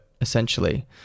essentially